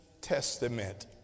Testament